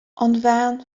bhean